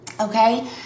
Okay